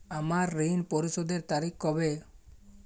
আমার ঋণ পরিশোধের তারিখ কবে?